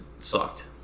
Sucked